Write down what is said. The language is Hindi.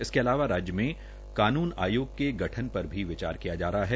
इसके अलावा राज्य में कानून आयोग के गठन करने पर भी विचार किया जा रहा है